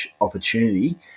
opportunity